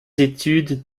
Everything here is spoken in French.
études